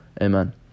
Amen